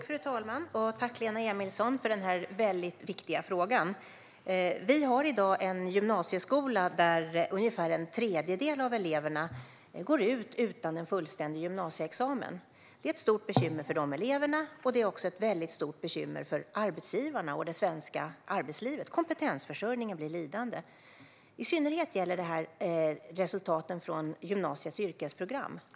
Fru talman! Tack, Lena Emilsson, för denna väldigt viktiga fråga! Vi har i dag en gymnasieskola där ungefär en tredjedel av eleverna går ut utan en fullständig gymnasieexamen. Det är ett stort bekymmer för de eleverna. Det är också ett väldigt stort bekymmer för arbetsgivarna och det svenska arbetslivet. Kompetensförsörjningen blir lidande. I synnerhet gäller detta resultaten från gymnasiets yrkesprogram.